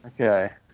Okay